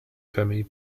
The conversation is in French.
famille